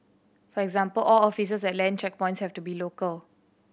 for example all officers at land checkpoints have to be local